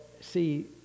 see